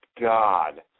God